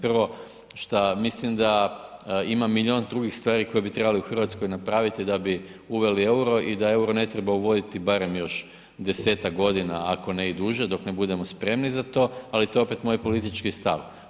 Prvo što mislim da ima milijun drugih stvari koje bi trebali u Hrvatskoj napraviti da bi uveli euro i da euro ne treba uvoditi barem još 10-tak godina, ako ne i duže, dok ne budemo spremni za to, ali to je opet moj politički stav.